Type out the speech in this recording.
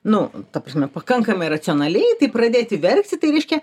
nu ta prasme pakankamai racionaliai tai pradėti verkti tai reiškia